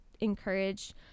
encourage